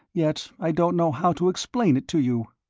yet i don't know how to explain it to you.